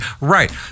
Right